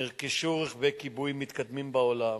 נרכשו רכבי כיבוי מהמתקדמים בעולם,